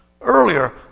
earlier